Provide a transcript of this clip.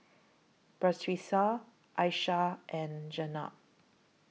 Batrisya Aishah and Jenab